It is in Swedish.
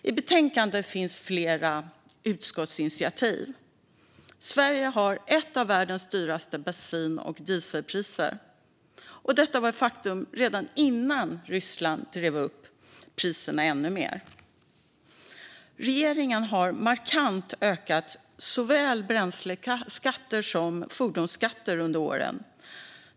I betänkandet finns flera utskottsinitiativ. Sverige har bland världens dyraste bensin och dieselpriser. Detta var ett faktum redan innan Ryssland drev upp priserna ännu mer. Regeringen har under åren markant ökat såväl bränsle som fordonsskatter.